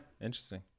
interesting